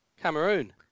Cameroon